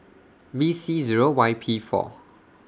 B C Zero Y P four